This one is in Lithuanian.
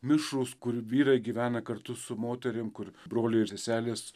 mišrūs kur vyrai gyvena kartu su moterim kur broliai ir seselės